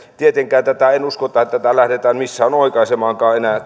tietenkään en usko että tätä lähdetään enää missään oikaisemaan